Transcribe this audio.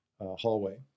hallway